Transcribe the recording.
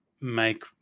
make